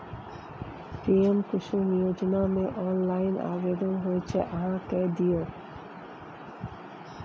PM Kusum योजनामे online आवेदन होइत छै अहाँ कए दियौ